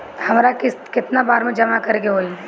हमरा किस्त केतना बार में जमा करे के होई?